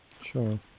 Sure